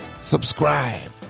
subscribe